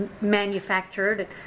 manufactured